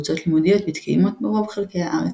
קבוצות לימודיות מתקיימות ברוב חלקי הארץ.